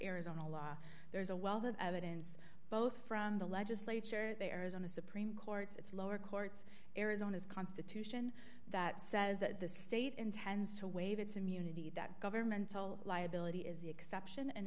arizona law there's a wealth of evidence both from the legislature there is on the supreme court's its lower courts arizona's constitution that says that the state intends to waive its immunity that governmental liability is the exception an